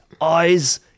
eyes